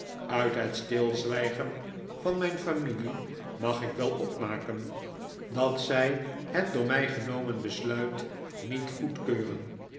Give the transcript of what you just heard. uit het stilzwijgen van mijn familie mag ik wel opmaken dat zij het door mij genomen besluit niet goedkeuren